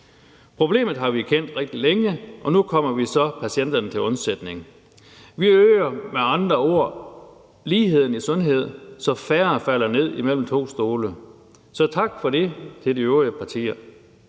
Problemet har vi kendt rigtig længe, og nu kommer vi så patienterne til undsætning. Vi øger med andre ord ligheden i sundhed, så færre falder ned imellem to stole. Så tak for det til de øvrige partier.